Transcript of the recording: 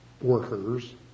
workers